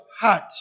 heart